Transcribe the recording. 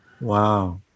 Wow